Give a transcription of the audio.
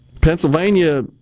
Pennsylvania